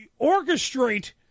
orchestrate